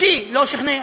אותי זה לא שכנע.